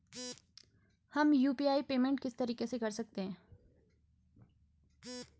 हम UPI payment किस तरीके से कर सकते हैं?